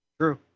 True